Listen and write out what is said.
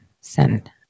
Send